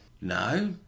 no